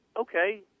okay